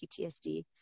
PTSD